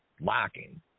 lacking